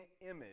image